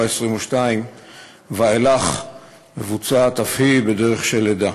ה-22 ואילך מבוצעת אף היא בדרך של לידה.